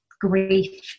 grief